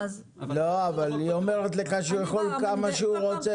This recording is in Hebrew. אבל היא אומרת לך שהוא יכול כמה שהוא רוצה